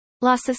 Las